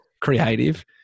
creative